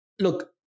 Look